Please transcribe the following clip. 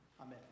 Amen